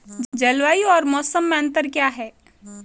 जलवायु और मौसम में अंतर क्या है?